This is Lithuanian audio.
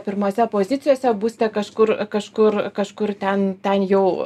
pirmose pozicijose būsite kažkur kažkur kažkur ten ten jau